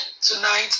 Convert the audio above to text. tonight